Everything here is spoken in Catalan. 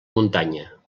muntanya